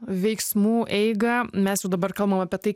veiksmų eigą mes jau dabar kalbam apie tai